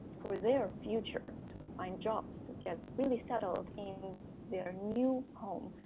for their future, to find jobs, to get really settled in their new home,